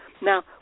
Now